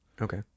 Okay